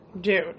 Dude